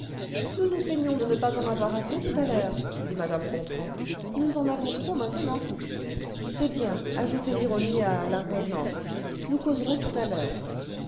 nous nous plaignions de ne jdas en avoir assez tout à l'heure dit mme gontran nous en avons trop maintenant c'est bien ajoutez l'ironie à l'inconvenance nous causerons tout à l'heure